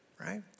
Right